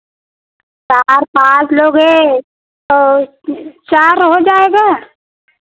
चार पाँच लोग हैं तो चार हो जाएगा